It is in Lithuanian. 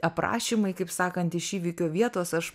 aprašymai kaip sakant iš įvykio vietos aš